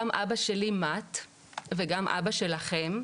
גם אבא שלי מת וגם אבא שלכם,